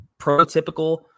prototypical